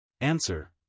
Answer